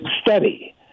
study